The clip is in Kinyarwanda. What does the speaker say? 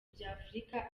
by’afurika